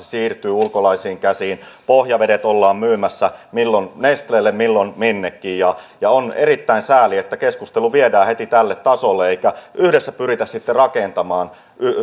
siirtyy ulkomaisiin käsiin pohjavedet ollaan myymässä milloin nestlelle ja milloin minnekin on erittäin sääli että keskustelu viedään heti tälle tasolle eikä yhdessä pyritä rakentamaan